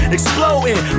Exploding